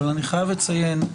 אבל אני חייב לציין,